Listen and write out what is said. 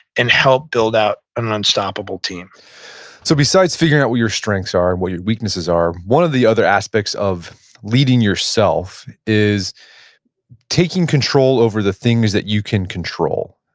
and help build out an unstoppable team so besides figuring out what your strengths are, and what your weaknesses are, one of the other aspects of leading yourself is taking control over the things that you can control.